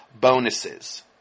bonuses